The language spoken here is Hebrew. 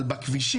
אבל מה עם הכבישים?